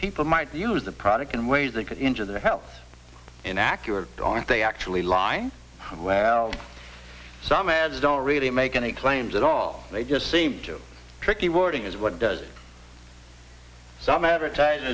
people might use the product in ways that could injure their health in accurate or are they actually lying where some ads don't really make any claims at all they just seem too tricky wording is what does some advertising